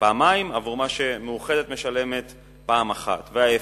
פעמיים עבור מה ש"מאוחדת" משלמת פעם אחת, וההיפך,